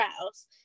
else